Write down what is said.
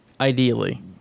Ideally